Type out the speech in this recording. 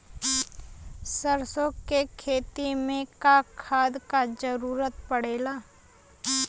सरसो के खेती में का खाद क जरूरत पड़ेला?